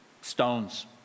stones